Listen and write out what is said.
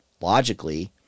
logically